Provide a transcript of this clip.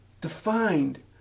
defined